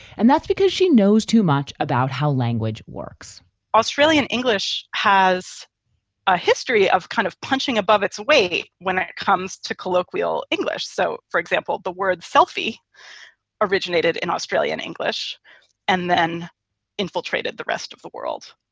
and that's because she knows too much about how language works australian english has a history of kind of punching above its weight when it comes to colloquial english. so, for example, the word selfie originated in australian english and then infiltrated the rest of the world.